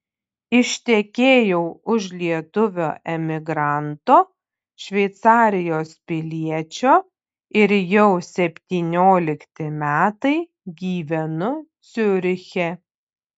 ištekėjau už lietuvio emigranto šveicarijos piliečio ir jau septyniolikti metai gyvenu ciuriche